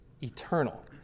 eternal